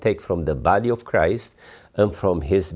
take from the body of christ and from his